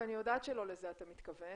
ואני יודעת שלא לזה אתה מתכוון,